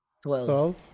Twelve